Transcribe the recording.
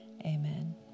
Amen